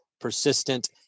persistent